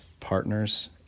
partners